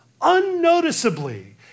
unnoticeably